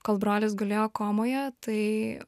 kol brolis gulėjo komoje tai